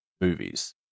movies